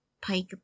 Pike